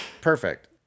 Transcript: perfect